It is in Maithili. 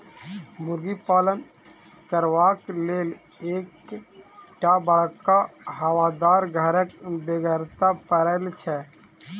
मुर्गी पालन करबाक लेल एक टा बड़का हवादार घरक बेगरता पड़ैत छै